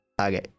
Okay